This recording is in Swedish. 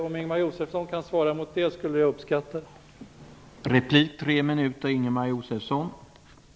Om Ingemar Josefsson kan svara mot det skulle jag uppskatta det.